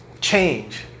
change